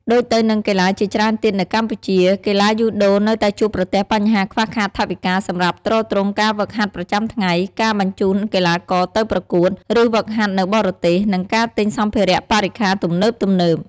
ដូចទៅនឹងកីឡាជាច្រើនទៀតនៅកម្ពុជា កីឡាយូដូនៅតែជួបប្រទះបញ្ហាខ្វះខាតថវិកាសម្រាប់ទ្រទ្រង់ការហ្វឹកហាត់ប្រចាំថ្ងៃ ការបញ្ជូនកីឡាករទៅប្រកួត ឬហ្វឹកហាត់នៅបរទេស និងការទិញសម្ភារៈបរិក្ខារទំនើបៗ ។